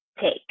take